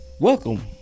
Welcome